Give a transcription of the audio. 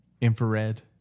infrared